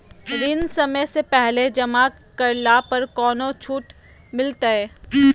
ऋण समय से पहले जमा करला पर कौनो छुट मिलतैय?